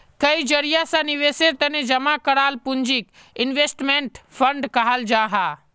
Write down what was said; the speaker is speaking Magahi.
कई जरिया से निवेशेर तने जमा कराल पूंजीक इन्वेस्टमेंट फण्ड कहाल जाहां